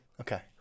Okay